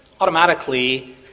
automatically